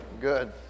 good